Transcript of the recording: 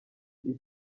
isi